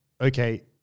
okay